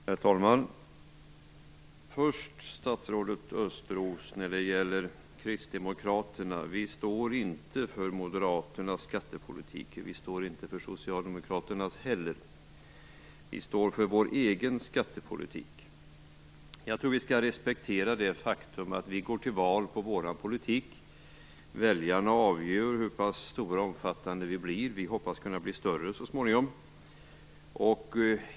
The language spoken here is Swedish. Herr talman! Först vill jag säga till statsrådet Östros att Kristdemokraterna inte står för moderat skattepolitik. Vi står inte för socialdemokratisk skattepolitik heller. Vi står för vår egen skattepolitik. Jag tror att vi skall respektera det faktum att vi går till val på vår politik. Väljarna avgör hur stora vi blir. Vi hoppas kunna bli större så småningom.